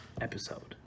episode